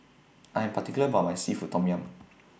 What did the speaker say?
I Am particular about My Seafood Tom Yum